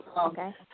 Okay